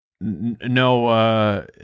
no